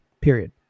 Period